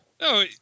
No